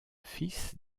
fils